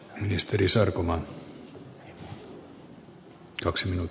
arvoisa puhemies